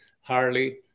Harley